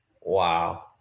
wow